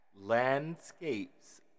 landscapes